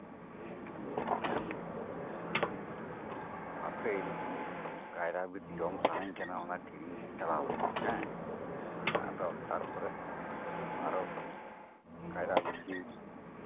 apple ᱠᱟᱭᱨᱟ ᱵᱤᱞᱤ ᱡᱚᱢ ᱥᱟᱱᱟᱧ ᱠᱟᱱᱟ ᱚᱱᱟᱛᱮ ᱠᱤᱨᱤᱧ ᱪᱟᱞᱟᱣ ᱞᱮᱱᱟᱧ ᱦᱮᱸ ᱟᱫᱚ ᱛᱟᱨᱯᱚᱨᱮ ᱟᱨᱚ ᱠᱟᱭᱨᱟᱵᱤᱞᱤ